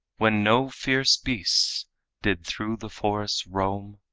when no fierce beasts did through the forests roam,